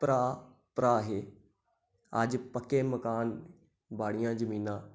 भ्रा भ्रा हे अज्ज पक्के मकान बाड़ियां जमीनां